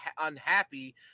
unhappy